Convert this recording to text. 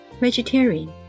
vegetarian